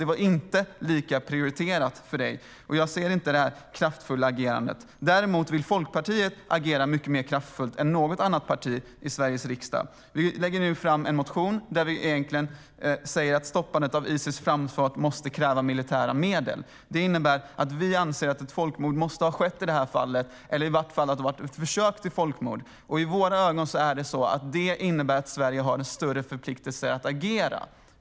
Det var inte lika prioriterat för dig, Margot Wallström, och jag ser inget kraftfullt agerande. Däremot vill Folkpartiet agera mycket mer kraftfullt än något annat parti i Sveriges riksdag. Vi lägger nu fram en motion där vi säger att stoppandet av Isis framfart kräver militära medel. Det innebär att vi anser att ett folkmord eller i varje fall ett försök till folkmord har skett i det här fallet. I våra ögon innebär detta att Sverige har en större förpliktelse att agera.